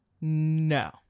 no